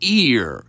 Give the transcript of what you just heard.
ear